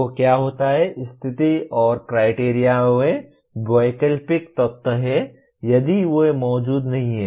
तो क्या होता है स्थिति और क्राइटेरिओं वे वैकल्पिक तत्व हैं यदि वे मौजूद नहीं हैं